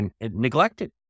neglected